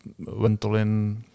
Ventolin